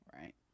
Right